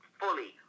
fully